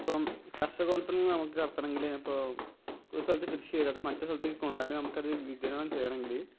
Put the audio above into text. ഇപ്പം കർഷകോൽപ്പനങ്ങൾ നമുക്ക് കടത്തണമെങ്കിൽ ഇപ്പോൾ ഒരു സ്ഥലത്ത് കൃഷി ചെയ്ത് അത് മറ്റ് സ്ഥലത്തേക്ക് കൊണ്ടാ അല്ലെങ്കിൽ നമുക്കത് വിതരണം ചെയ്യണമെങ്കിൽ